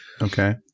Okay